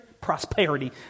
prosperity